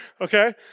Okay